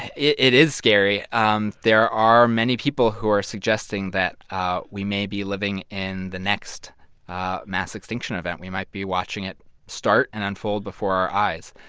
it it is scary. um there are many people who are suggesting that we may be living in the next mass extinction event. we might be watching it start and unfold before our eyes.